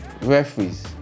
Referees